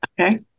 okay